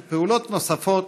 הכנסת פעולות נוספות